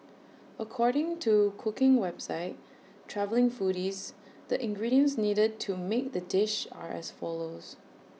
according to cooking website travelling foodies the ingredients needed to make the dish are as follows